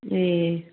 ए